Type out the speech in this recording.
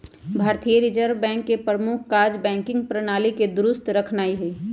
भारतीय reserve bank के प्रमुख काज़ बैंकिंग प्रणाली के दुरुस्त रखनाइ हइ